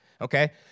okay